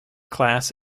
class